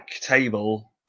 table